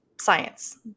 science